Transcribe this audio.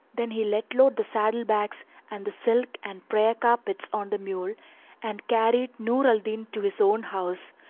then he let load the saddle-bags and the silk and prayer-carpets on the mule and carried nur al-din to his own house,